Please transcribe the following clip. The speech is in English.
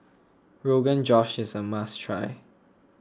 Rogan Josh is a must try